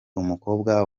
umukobwa